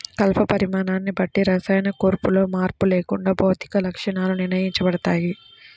కలప పరిమాణాన్ని బట్టి రసాయన కూర్పులో మార్పు లేకుండా భౌతిక లక్షణాలు నిర్ణయించబడతాయి